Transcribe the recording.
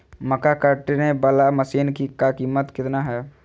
मक्का कटने बाला मसीन का कीमत कितना है?